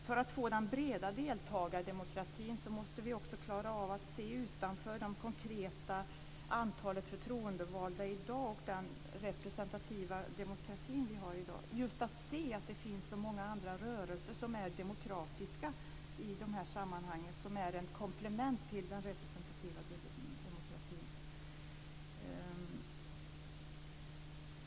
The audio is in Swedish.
För att få den breda deltagardemokratin måste vi också klara av att se utanför det konkreta antalet förtroendevalda i dag och den representativa demokrati vi har i dag. Det gäller att se att det finns så många andra rörelser som är demokratiska i dessa sammanhang som är ett komplement till den representativa demokratin.